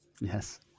Yes